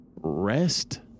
Rest